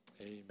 amen